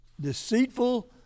deceitful